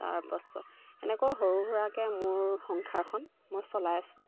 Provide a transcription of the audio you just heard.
তাৰপাছত এনেকৈ সৰু সুৰাকৈ মোৰ সংসাৰখন মই চলাই আছোঁ